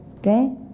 Okay